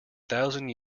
thousand